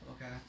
okay